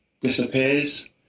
disappears